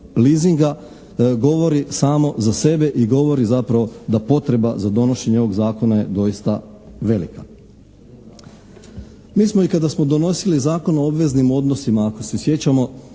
leasinga govori samo za sebe i govori zapravo da potreba za donošenje ovog zakona je doista velika. Mi smo i kada smo donosili Zakon o obveznim odnosima ako se sjećamo,